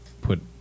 put